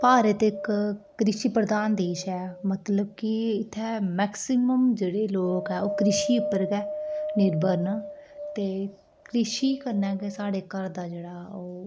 भारत इक कृषि प्रधान देश ऐ मतलब कि इत्थें मेक्सीमम जेह्ड़े लोक ऐ ओह् कृषि उप्पर गै निर्भर न ते कृषि कन्नै गै साढ़े घर दा जेह्ड़ा ओह्